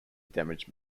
damaged